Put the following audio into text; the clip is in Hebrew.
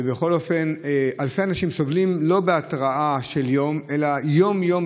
ובכל אופן אלפי אנשים סובלים לא בהתראה של יום אלא יום-יום,